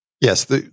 Yes